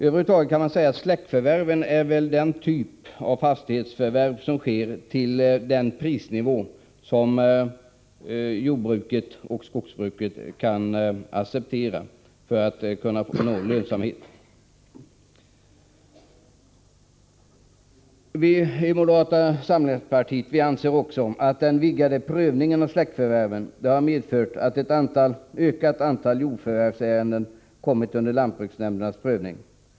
Över huvud taget kan man säga att släktförvärven är den typ av fastighetsförvärv som sker till ett pris som jordbruket och skogsbruket kan acceptera för att nå lönsamhet. Vi i moderata samlingspartiet anser också att den vidgade prövningen av släktförvärven har medfört att ett ökat antal jordförvärvsärenden kommit under lantbruksnämndernas prövning.